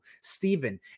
Stephen